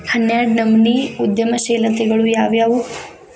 ಹನ್ನೆರ್ಡ್ನನಮ್ನಿ ಉದ್ಯಮಶೇಲತೆಗಳು ಯಾವ್ಯಾವು